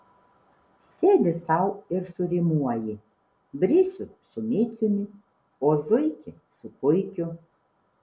sėdi sau ir surimuoji brisių su miciumi o zuikį su puikiu